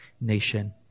nation